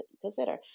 consider